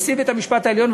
נשיא בית-המשפט העליון,